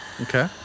Okay